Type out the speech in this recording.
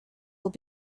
will